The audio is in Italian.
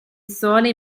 sole